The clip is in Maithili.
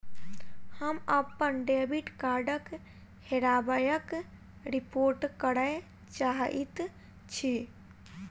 हम अप्पन डेबिट कार्डक हेराबयक रिपोर्ट करय चाहइत छि